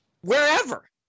wherever